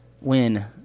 win